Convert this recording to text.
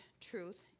truth